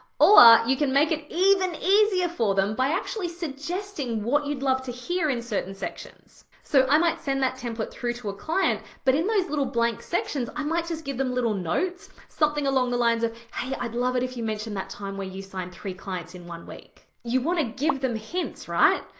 or you can make it even easier for them by actually suggesting what you'd love to hear in certain sections. so i might send that template through to a client, but in those little blank sections, i might just give them little notes, something along the lines of hey, i'd love it if you mentioned that time where you signed three clients in one week. you wanna give them hints, right?